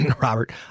Robert